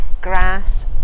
grass